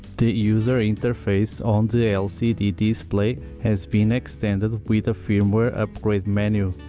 the user interface on the lcd display has been extended with a firmware upgrade menu.